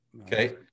Okay